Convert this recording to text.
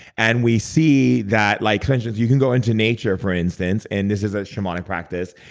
and we see that, like for instance, you can go into nature, for instance. and this is a shamanic practice.